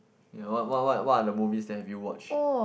you know what what what what are the movies that have you watched